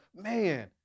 man